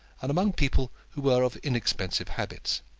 and among people who were of inexpensive habits.